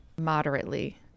moderately